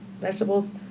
vegetables